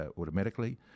automatically